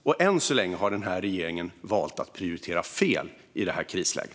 Och än så länge har denna regering valt att prioritera fel i detta krisläge.